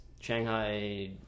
Shanghai